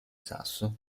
sasso